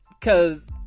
cause